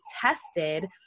tested